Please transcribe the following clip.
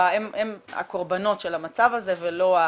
הן הקורבנות של המצב הזה ולא ה